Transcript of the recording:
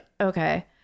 okay